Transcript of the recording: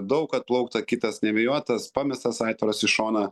daug atplaukta kitas nevėjuotas pamestas aitvaras į šoną